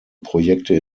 projekte